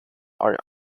are